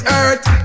earth